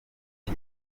ati